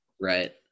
right